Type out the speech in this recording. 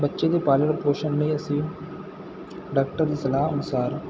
ਹੈਂ ਬੱਚੇ ਦੇ ਪਾਲਣ ਪੋਸ਼ਣ ਮੇ ਅਸੀਂ ਡਾਕਟਰ ਦੀ ਸਲਾਹ ਅਨੁਸਾਰ ਉਸ ਵਿੱਚ